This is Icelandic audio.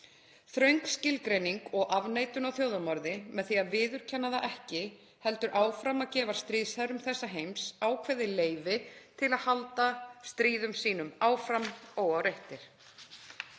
Þröng skilgreining og afneitun á þjóðarmorði með því að viðurkenna það ekki heldur áfram að gefa stríðsherrum þessa heims ákveðið leyfi til að halda stríðum sínum áfram óáreittir.